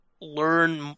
learn